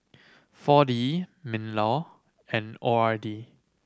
Four D MinLaw and O R D